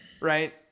Right